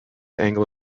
anglo